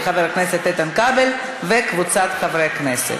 חוק ומשפט להכנה לקריאה שנייה